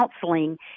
counseling